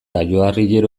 ajoarriero